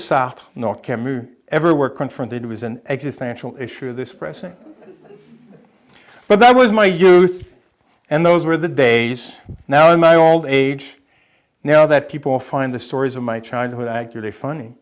south not khemu ever were confronted was an existential issue this present but that was my youth and those were the days now in my old age now that people find the stories of my childhood accurately funny